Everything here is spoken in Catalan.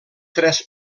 tres